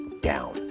down